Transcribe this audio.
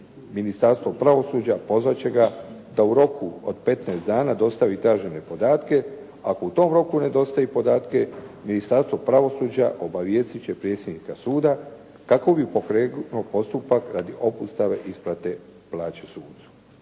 Ministarstvo pravosuđa pozvat će ga da u roku od 15 dana dostavi tražene podatke. Ako u tom roku ne dostavi podatke Ministarstvo pravosuđa obavijestit će predsjednika suda kako bi pokrenuo postupak radi obustave isplate plaće sucu.